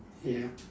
ya